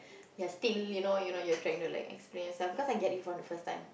you're still you know you know you're trying to like explain yourself because I get you from the first time